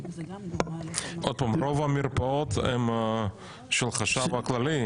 רוב המרפאות הם של החשב הכללי,